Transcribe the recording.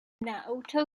naoto